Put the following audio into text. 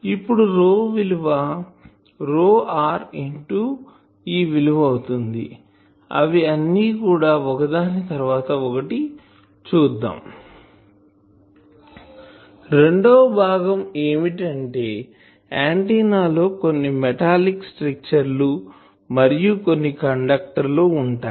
ఇప్పుడు ρ విలువ ρr into ఈ విలువ అవుతుంది అవి అన్ని కూడా ఒకదాని తర్వాత ఒకటి చూద్దాం రెండవ భాగం ఏమిటి అంటే ఆంటిన్నా లో కొన్ని మెటాలిక్ స్ట్రక్చర్ లు మరియు కొన్ని కండక్టర్ లు ఉంటాయి